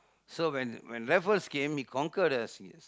so so when when Raffles came he conquer the Sing~ Sing